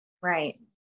Right